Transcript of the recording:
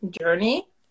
journey